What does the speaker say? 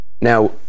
now